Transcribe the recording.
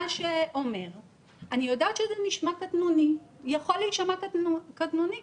אני יודעת שזה יכול להישמע קטנוני,